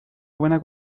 buena